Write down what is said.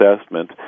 assessment